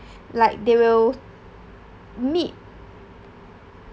like they will meet